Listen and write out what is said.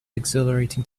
exhilarating